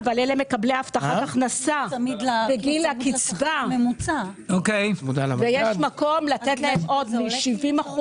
מדובר על מקבלי הבטחת הכנסה בגיל קצבה שיש מקום להעלות להם מ-70%